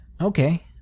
okay